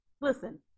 Listen